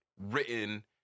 written